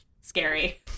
scary